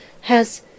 Has